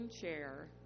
chair